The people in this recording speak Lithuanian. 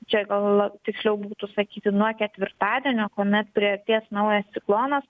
čia gal tiksliau būtų sakyti nuo ketvirtadienio kuomet priartės naujas ciklonas